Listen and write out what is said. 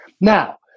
Now